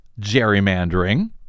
gerrymandering